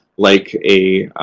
like a